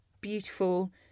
beautiful